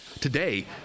Today